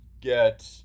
get